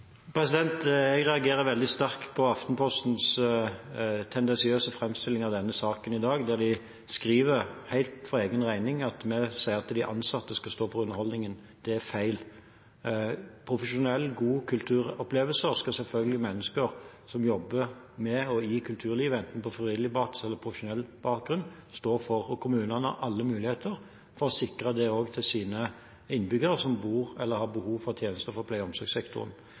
Jeg reagerer veldig sterkt på Aftenpostens tendensiøse framstilling av denne saken i dag, der de helt for egen regning skriver at vi sier at de ansatte skal stå for underholdningen. Det er feil. Profesjonelle og gode kulturopplevelser skal selvfølgelig mennesker som jobber med og i kulturlivet, enten på frivillig basis eller profesjonelt, stå for. Kommunene har alle muligheter til å sikre dette for sine innbyggere som har behov for tjenester fra pleie- og omsorgssektoren.